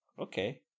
Okay